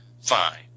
fine